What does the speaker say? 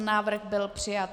Návrh byl přijat.